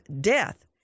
death